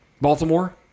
Baltimore